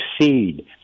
succeed